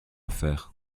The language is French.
faire